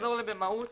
נחזור ל"במהות".